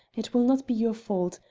it will not be your fault,